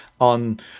on